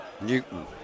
Newton